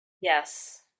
Yes